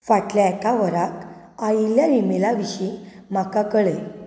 फाटल्या एका वराक आयिल्ल्या इमेला विशीं म्हाका कळय